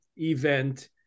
event